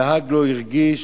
הנהג לא הרגיש,